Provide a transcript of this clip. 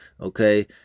okay